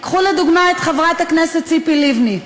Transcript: קחו לדוגמה את חברת הכנסת ציפי לבני,